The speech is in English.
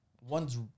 one's